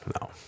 no